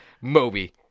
Moby